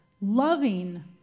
loving